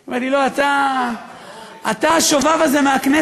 היא אומרת: לא, אתה השובב הזה מהכנסת.